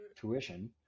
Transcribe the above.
tuition